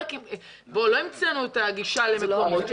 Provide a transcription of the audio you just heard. לא המצאנו את הגישה למקומות.